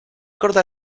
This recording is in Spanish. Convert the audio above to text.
corta